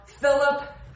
Philip